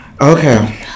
Okay